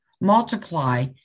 multiply